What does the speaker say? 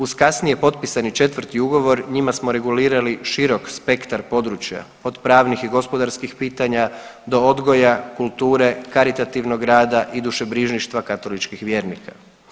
Uz kasnije potpisani 4. ugovor njima smo regulirali širok spektar područja od pravnih i gospodarskih pitanja do odgoja, kulture, karitativnog rada i dušebrižništva katoličkih vjernika.